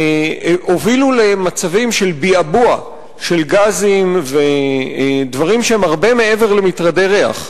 הובילו למצבים של בעבוע של גזים ודברים שהם הרבה מעבר למטרדי ריח.